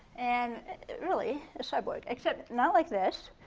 and really a cyborg, except not like this.